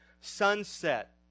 sunset